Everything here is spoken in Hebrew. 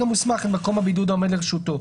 המוסמך את מקום הבידוד העומד לרשותו,